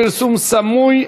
פרסום סמוי),